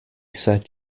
said